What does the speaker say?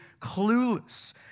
clueless